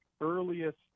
earliest